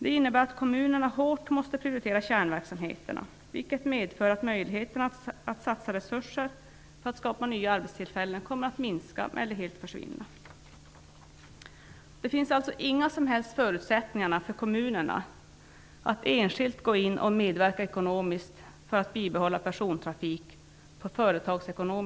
Det innebär att kommunerna måste prioritera kärnverksamheterna, vilket medför att möjligheten att satsa resurser på att skapa nya arbetstillfällen kommer att minska, eller helt försvinna. Fru talman!